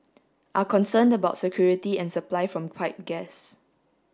are concerned about security and supply from pipe gas